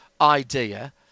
idea